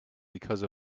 because